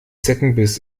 zeckenbiss